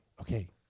okay